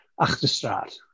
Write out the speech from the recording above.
Achterstraat